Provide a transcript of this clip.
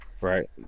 Right